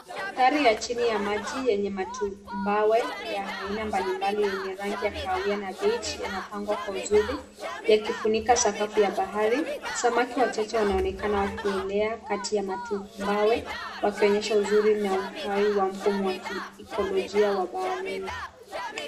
Mandhari ya chini ya maji yenye matumawe ya aina mbali mbali yenye rangi ya kahawia na beige yanapangwa kwa uzuri yakifunika sakafu ya bahari, samaki wachache wanaonekana wakielea kati ya matumawe wakionyesha uzuri na uhai wa mfumo wa kiekolojia wa baharini.